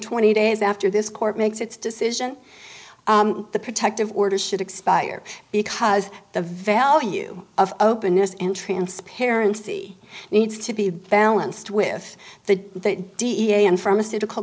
twenty days after this court makes its decision the protective orders should expire because the value of openness and transparency needs to be balanced with the d a and pharmaceutical